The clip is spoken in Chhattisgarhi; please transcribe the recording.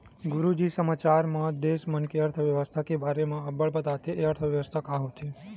गुरूजी समाचार म देस मन के अर्थबेवस्था के बारे म अब्बड़ बताथे, ए अर्थबेवस्था का होथे?